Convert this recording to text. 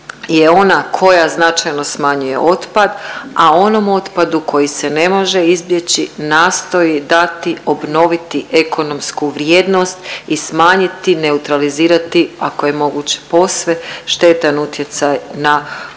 je ona koja značajno smanjuje otpad, a onom otpadu koji se ne može izbjeći nastoji dati, obnoviti ekonomsku vrijednost i smanjiti, neutralizirati ako je moguće posve štetan utjecaj na okoliš.